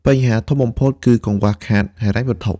បញ្ហាធំបំផុតគឺ កង្វះខាតហិរញ្ញវត្ថុ។